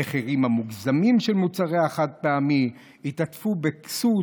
המחירים המוגזמים של מוצרי החד-פעמי התעטפו בכסות